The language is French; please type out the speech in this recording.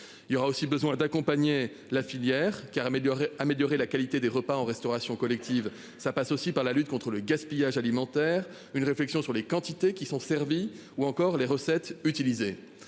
Il y aura aussi besoin d'accompagner la filière car améliorer, améliorer la qualité des repas en restauration collective, ça passe aussi par la lutte contre le gaspillage alimentaire. Une réflexion sur les quantités qui sont servis ou encore les recettes utilisées.